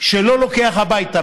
שלא לוקח הביתה,